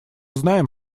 знаем